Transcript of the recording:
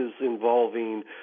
involving